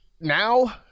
now